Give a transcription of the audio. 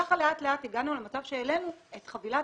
וככה לאט לאט הגענו למצב שהעלינו את חבילת